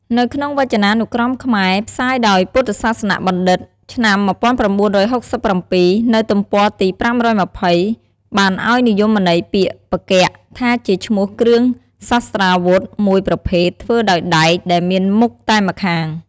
នៅក្នុងវចនានុក្រមខ្មែរ ផ្សាយដោយពុទ្ធសាសនបណ្ឌិត្យ ឆ្នាំ១៩៦៧ នៅទំព័រទី៥២០ បានឲ្យនិយមន័យពាក្យ "ផ្គាក់" ថាជាឈ្មោះគ្រឿងសស្ត្រាវុធមួយប្រភេទធ្វើដោយដែក ដែលមានមុខតែម្ខាង។